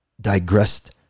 digressed